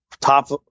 Top